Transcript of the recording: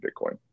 Bitcoin